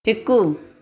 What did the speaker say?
हिकु